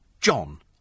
John